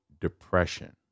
depression